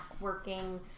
working